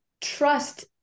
Trust